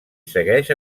segueix